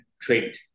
trade